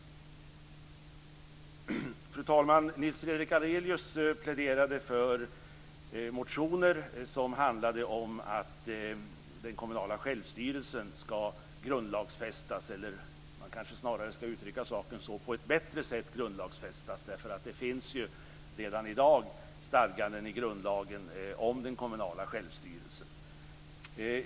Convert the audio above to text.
Fru talman! Nils Fredrik Aurelius pläderade för motioner som handlade om att den kommunala självstyrelsen skall grundlagsfästas, eller man kanske snarare skall uttrycka det: på ett bättre sätt grundlagsfästas. Det finns ju redan i dag stadganden i grundlagen om den kommunala självstyrelsen.